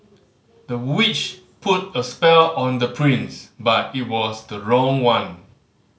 the witch put a spell on the prince but it was the wrong one